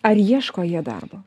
ar ieško jie darbo